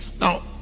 Now